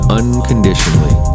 unconditionally